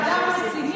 אתה אדם רציני.